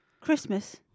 Christmas